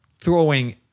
throwing